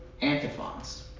antiphons